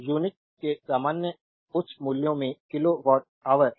unit के सामान्य उच्च मूल्यों में किलो वाट ऑवर है